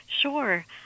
Sure